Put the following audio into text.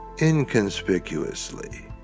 inconspicuously